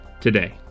today